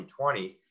2020